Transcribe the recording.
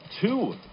two